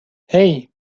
hey